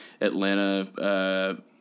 Atlanta